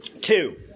Two